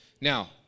Now